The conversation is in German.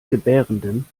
gebärenden